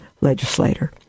legislator